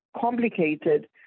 complicated